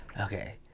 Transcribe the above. Okay